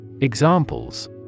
Examples